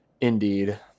Indeed